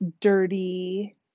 dirty